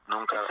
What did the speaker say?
Nunca